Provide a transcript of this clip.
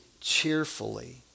cheerfully